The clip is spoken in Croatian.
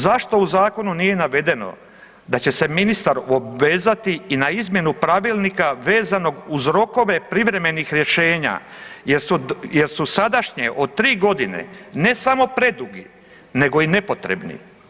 Zašto u zakonu nije navedeno da će se ministar obvezati i na izmjenu Pravilnika vezanog uz rokove privremenih rješenja, jer su sadašnje od tri godine ne samo predugi, nego i nepotrebni.